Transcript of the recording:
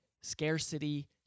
Scarcity